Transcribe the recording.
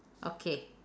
okay